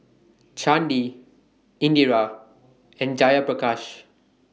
Chandi Indira and Jayaprakash